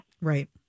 Right